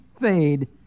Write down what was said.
fade